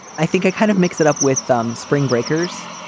i think i kind of mix it up with some spring breakers